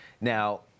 Now